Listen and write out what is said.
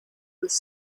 was